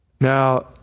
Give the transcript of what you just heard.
Now